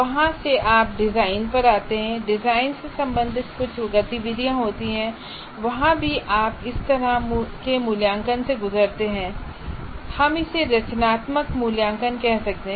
वहां से आप डिजाइन पर आते हैं डिजाइन से संबंधित कुछ गतिविधियां होती हैं वहां भी आप इस तरह के मूल्यांकन से गुजरते हैं हम इसे रचनात्मक मूल्यांकन कह सकते हैं